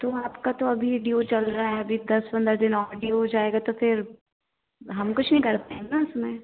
तो आपका तो अभी ड्यू चल रहा है अभी दस पन्द्रह दिन और ड्यू हो जाएगा तो फिर हम कुछ नहीं कर पाएँगे न उसमें